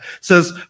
says